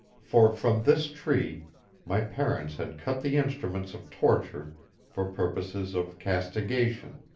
for from this tree my parents had cut the instruments of torture for purposes of castigation,